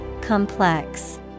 Complex